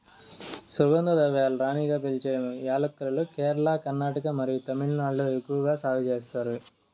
సుగంధ ద్రవ్యాల రాణిగా పిలిచే యాలక్కులను కేరళ, కర్ణాటక మరియు తమిళనాడులో ఎక్కువగా సాగు చేస్తారు